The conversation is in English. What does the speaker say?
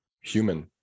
human